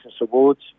Awards